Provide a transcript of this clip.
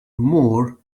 more